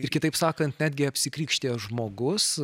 ir kitaip sakant netgi apsikrikštijęs žmogus